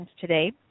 today